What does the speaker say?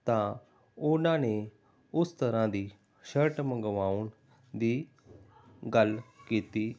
ਤਾਂ ਉਹਨਾਂ ਨੇ ਉਸ ਤਰ੍ਹਾਂ ਦੀ ਸ਼ਰਟ ਮੰਗਵਾਉਣ ਦੀ ਗੱਲ ਕੀਤੀ